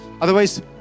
otherwise